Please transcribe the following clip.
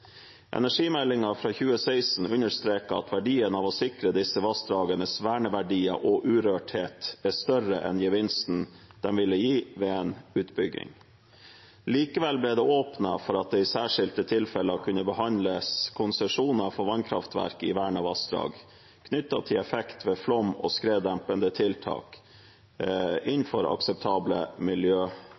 fra 2016 understreket at verdien av å sikre disse vassdragenes verneverdier og urørthet er større enn gevinsten de ville gi ved en utbygging. Likevel ble det åpnet for at det i særskilte tilfeller kunne behandles konsesjoner for vannkraftverk i vernede vassdrag, knyttet til effekt ved flom- og skreddempende tiltak, innenfor akseptable